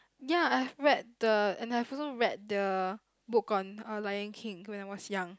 ya I've read the and I've also read the book on lion-king when I was young